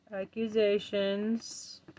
accusations